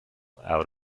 out